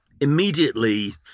immediately